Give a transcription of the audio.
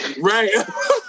Right